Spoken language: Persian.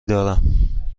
دارم